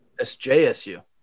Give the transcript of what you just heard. SJSU